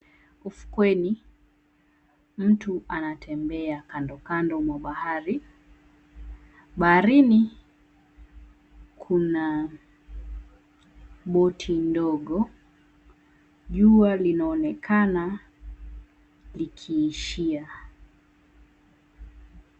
Ufukweni, mtu anatembea kando kando mwa bahari, baharini kuna boti ndogo jua linaonekana likiishia.